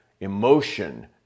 Emotion